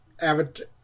Avatar